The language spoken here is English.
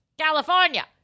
California